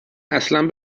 اصلن